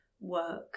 work